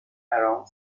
around